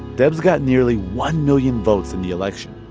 debs got nearly one million votes in the election